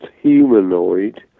humanoid